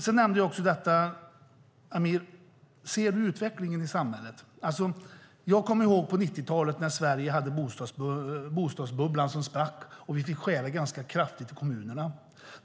Sedan nämnde jag också en annan sak. Amir, ser du utvecklingen i samhället? Jag kommer ihåg på 90-talet då Sverige hade bostadsbubblan som sprack och vi fick skära ganska kraftigt i kommunerna.